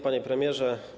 Panie Premierze!